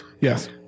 Yes